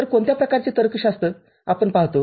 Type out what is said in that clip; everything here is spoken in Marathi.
तरकोणत्या प्रकारचे तर्कशास्त्र आपण पाहतो